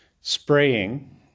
spraying